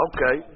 Okay